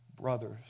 brothers